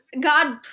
God